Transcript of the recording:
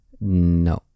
No